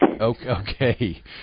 Okay